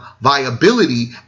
viability